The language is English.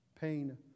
pain